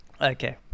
Okay